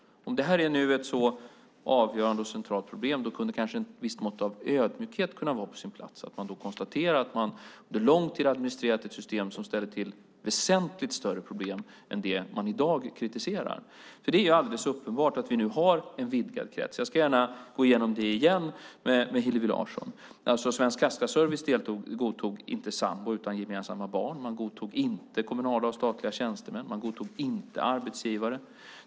Om det här nu är ett så avgörande och centralt problem kunde kanske ett visst mått av ödmjukhet vara på plats. Man borde kunna konstatera att man under lång tid administrerat ett system som ställde till väsentligt större problem än det man i dag kritiserar. Det är alldeles uppenbart att vi nu har en vidgad krets. Jag ska gärna gå igenom det igen med Hillevi Larsson. Svensk Kassaservice godtog inte sambo utan gemensamma barn. Man godtog inte kommunala och statliga tjänstemän, inte heller arbetsgivare.